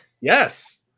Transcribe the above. Yes